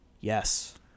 Yes